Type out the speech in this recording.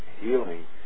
healing